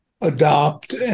adopt